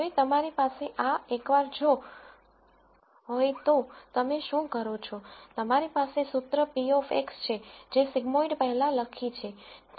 હવે તમારી પાસે આ એકવાર જો હોય તો તમે શું કરો છો તમારી પાસે સુત્ર p ઓફ x છે જે સિગ્મોઇડ પહેલાં લખેલી છે